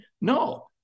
no